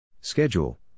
Schedule